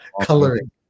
coloring